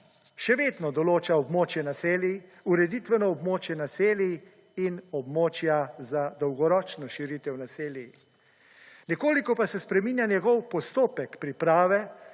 Še vedno določa območje naselij, ureditveno območje naselij in območja za dolgoročno širitev naselij. Nekoliko pa se spreminja njegov postopek priprave.